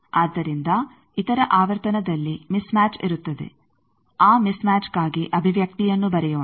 ಆದ್ದರಿಂದ ಇತರ ಆವರ್ತನದಲ್ಲಿ ಮಿಸ್ ಮ್ಯಾಚ್ ಇರುತ್ತದೆ ಆ ಮಿಸ್ ಮ್ಯಾಚ್ಗಾಗಿ ಅಭಿವ್ಯಕ್ತಿಯನ್ನು ಬರೆಯೋಣ